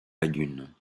lagune